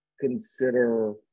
consider